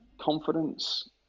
confidence